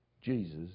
Jesus